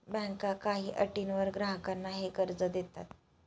बँका काही अटींवर ग्राहकांना हे कर्ज देतात